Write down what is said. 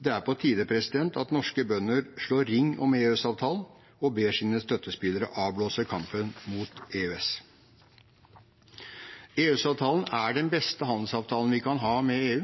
Det er på tide at norske bønder slår ring om EØS-avtalen og ber sine støttespillere avblåse kampen mot EØS. EØS-avtalen er den beste handelsavtalen vi kan ha med EU.